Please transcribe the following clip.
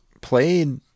played